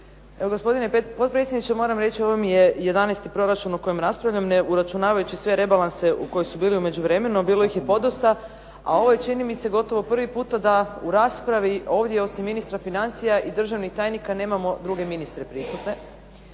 Evo gospodine potpredsjedniče moram reći ovo mi je 11. proračun o kojem raspravljam ne uračunavajući sve rebalanse koji su bili u međuvremenu a bilo ih je podosta a ovo je čini mi se gotovo prvi puta da u raspravi ovdje osim ministra financija i državnih tajnika nemamo druge ministre prisutne,